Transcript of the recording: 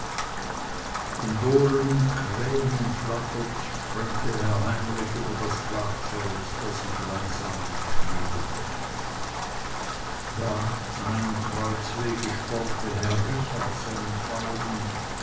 von dohlen und krähen umflattert sprengte herr heinrich über das blachfeld das sich langsam mit schnee bedeckte da an einem kreuzwege spornte herr richard seinen